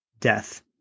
Death